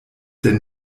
denn